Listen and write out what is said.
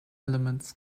elements